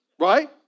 Right